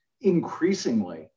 Increasingly